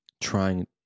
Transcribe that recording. trying